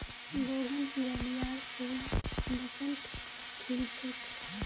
बोगनवेलियार फूल बसंतत खिल छेक